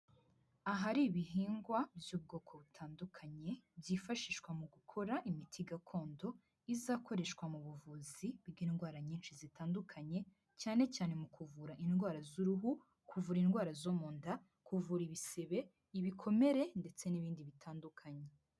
Ahari ibihingwa by'ubwoko butandukanye byifashishwa mu gukora imiti gakondo, izakoreshwa mu buvuzi bw'indwara nyinshi zitandukanye, cyane cyane mu kuvura indwara z'uruhu, kuvura indwara zo mu nda, kuvura ibisebe, ibikomere ndetse n'ibindi bitandukanye.